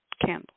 candle